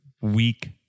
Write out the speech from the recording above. week